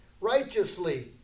righteously